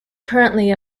currently